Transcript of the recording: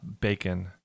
Bacon